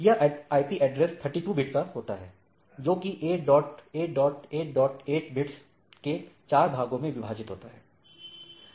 यह IP address 32 bit होता है जोकि 8888 बिट्स के 4 भागों में विभाजित होता है